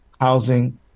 housing